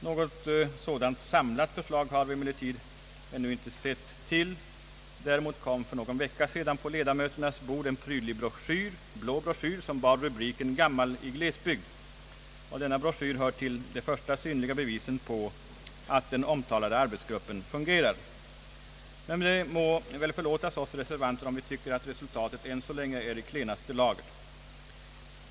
Något sådant samlat förslag har vi emellertid ännu ej sett till. Däremot kom för någon vecka sedan på ledamöternas bord en prydlig blå broschyr, som bar rubriken »Gammal i glesbygd». Denna broschyr hör till de första synliga bevisen på att den omtalade arbetsgruppen fungerar. Det må förlåtas oss reservanter om vi tycker att resultatet än så länge är i klenaste laget.